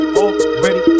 already